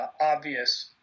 Obvious